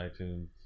iTunes